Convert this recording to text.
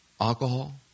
alcohol